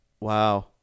Wow